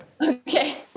Okay